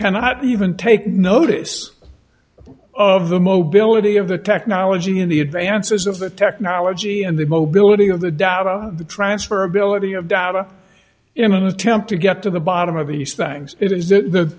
cannot even take notice of the mobility of the technology and the advances of the technology and the mobility of the data the transfer ability of data in an attempt to get to the bottom of these th